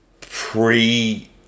pre-